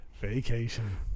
Vacation